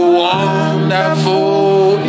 wonderful